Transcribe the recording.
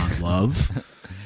love